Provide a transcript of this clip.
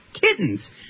kittens